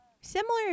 similar